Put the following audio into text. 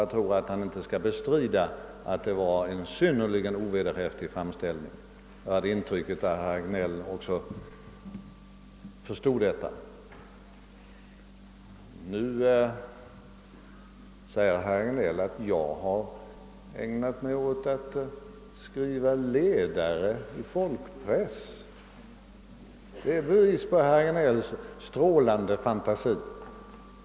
Jag tror att han sedan inte kommer att bestrida att hans framställning var synnerligen ovederhäftig. Jag har det intrycket att herr Hagnell också förstod detta. Nu säger herr Hagnell att jag denna vecka har ägnat mig åt att skriva ledare i Folkpress. Det är ett bevis på herr Hagnells strålande fantasi.